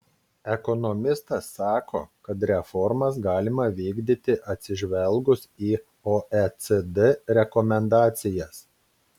ekonomistas sako kad reformas galima vykdyti atsižvelgus į oecd rekomendacijas